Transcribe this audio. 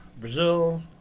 Brazil